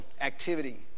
activity